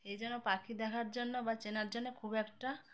এই জন্য পাখি দেখার জন্য বা চেনার জন্যে খুব একটা